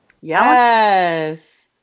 Yes